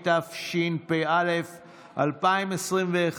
התשפ"א 2021,